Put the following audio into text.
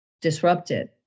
disrupted